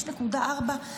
5.4?